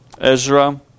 Ezra